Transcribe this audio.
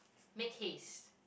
make haste